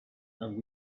and